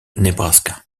nebraska